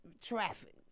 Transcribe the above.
traffic